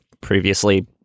Previously